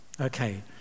Okay